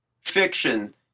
fiction